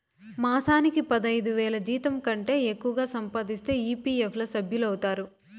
మాసానికి పదైదువేల జీతంకంటే ఎక్కువగా సంపాదిస్తే ఈ.పీ.ఎఫ్ ల సభ్యులౌతారు